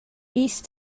east